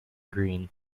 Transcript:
green